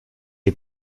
est